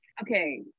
Okay